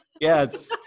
Yes